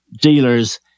dealers